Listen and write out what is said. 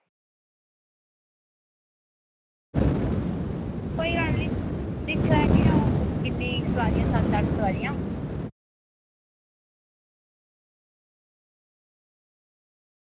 कोई गल्ल नेईं दिक्खी लैगे किन्नी सुआरिया सत्त अट्ठ सुआरियां